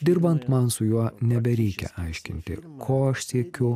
dirbant man su juo nebereikia aiškinti ko aš siekiu